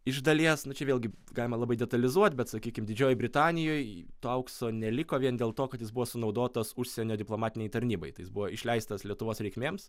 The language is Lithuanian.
iš dalies nu čia vėlgi galima labai detalizuot bet sakykim didžiojoj britanijoj to aukso neliko vien dėl to kad jis buvo sunaudotas užsienio diplomatinei tarnybai tai jis buvo išleistas lietuvos reikmėms